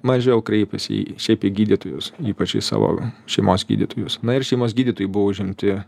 mažiau kreipiasi į šiaip į gydytojus ypač į savo šeimos gydytojus na ir šeimos gydytojai buvo užimti